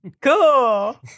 Cool